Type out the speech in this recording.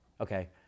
okay